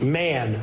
man